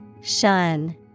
Shun